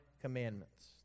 commandments